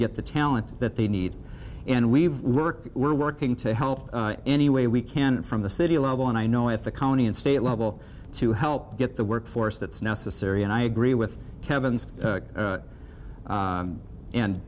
get the talent that they need and we've work we're working to help in any way we can from the city level and i know if the county and state level to help get the workforce that's necessary and i agree with kevin